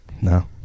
no